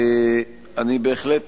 אני בהחלט